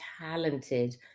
talented